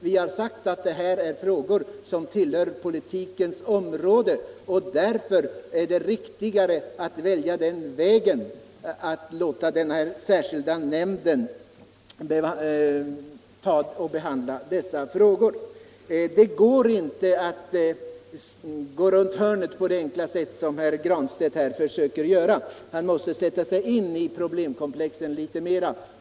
Vi har sagt att detta är frågor som hör till politikens område, och därför är det riktigare att välja vägen att låta den särskilda nämnden behandla "dessa frågor. Man kan inte gå ifrån problemen på det enkla sätt som herr Granstedt här försöker göra. Herr Granstedt måste sätta sig in i problemkomplexen litet mera.